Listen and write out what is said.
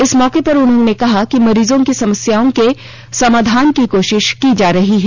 इस मौके पर उन्होंने कहा कि मरीजों की समस्याओं के समाधान की कोशिश की जा रही है